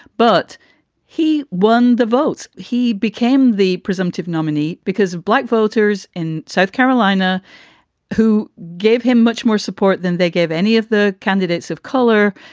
but he won the votes. he became the presumptive nominee because of black voters in south carolina who gave him much more support than they gave any of the candidates of color.